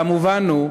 והמובן הוא,